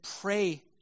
pray